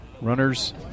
Runners